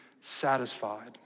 satisfied